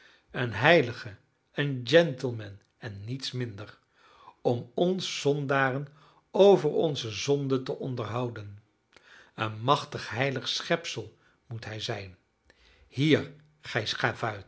een heilige een gentleman en niets minder om ons zondaren over onze zonden te onderhouden een machtig heilig schepsel moet hij zijn hier